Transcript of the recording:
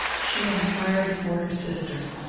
she inquired for her sister.